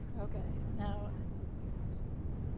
ok. now she'll take questions.